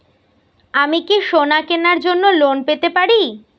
আমি কি সোনা কেনার জন্য লোন পেতে পারি?